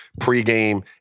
pregame